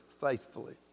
faithfully